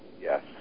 Yes